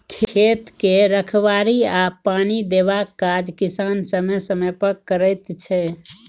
खेत के रखबाड़ी आ पानि देबाक काज किसान समय समय पर करैत छै